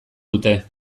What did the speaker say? dute